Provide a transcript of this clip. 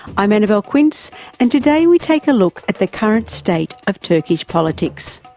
i'm annabelle quince and today we take a look at the current state of turkish politics.